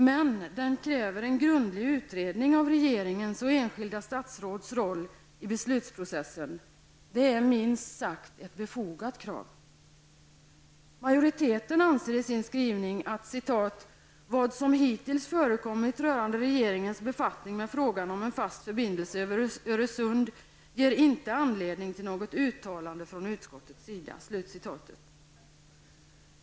Men den kräver en grundlig utredning av regeringens och enskilda statsråds roll i beslutsprocessen. Det är minst sagt ett befogat krav. Majoriteten anser i sin skrivning: ''Vad som hittills förekommit rörande regeringens befattning med frågan om en fast förbindelse över Öresund ger inte anledning till något uttalande från utskottets sida.''